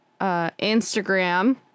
instagram